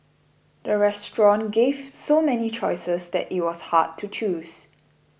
the restaurant gave so many choices that it was hard to choose